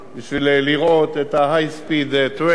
בשביל לראות את ה-High Speed Train,